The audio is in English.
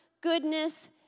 goodness